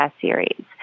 series